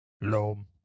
Loam